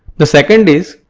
the second is,